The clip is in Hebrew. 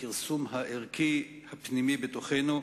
הכרסום הערכי הפנימי בתוכנו,